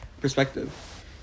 perspective